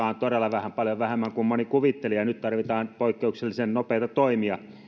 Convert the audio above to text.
on todella vähän paljon vähemmän kuin moni kuvitteli ja nyt tarvitaan poikkeuksellisen nopeita toimia